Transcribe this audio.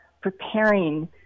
preparing